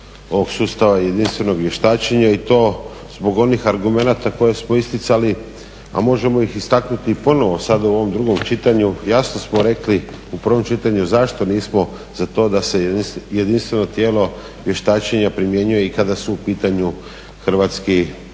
ovog sustava jedinstvenog vještačenja i to zbog onih argumenata koje smo isticali, a možemo ih istaknuti ponovo sada u ovom drugom čitanju. Jasno smo rekli u prvom čitanju zašto nismo za to da se jedinstveno tijelo vještačenja primjenjuje i kada su u pitanju Hrvatski